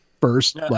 first